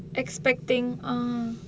expecting oo